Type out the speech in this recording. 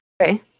Okay